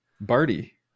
Barty